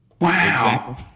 Wow